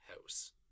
house